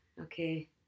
okay